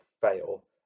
fail